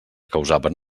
causaven